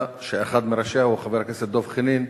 שאחד מראשיה הוא חבר הכנסת דב חנין,